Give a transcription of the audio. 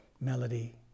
melody